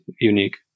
unique